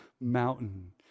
mountain